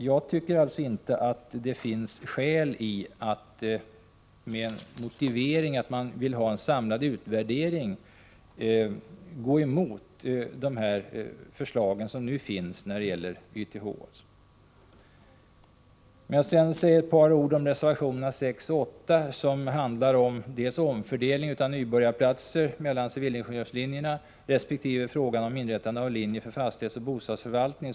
Jag tycker alltså inte att det finns skäl att, med motiveringen att man vill ha en samlad utvärdering, gå emot förslagen beträffande YTH. Får jag sedan säga några ord om reservationerna 6 och 8, som gäller omfördelning av nybörjarplatser mellan civilingenjörslinjerna resp. frågan om inrättande av en linje för fastighetsoch bostadsförvaltning.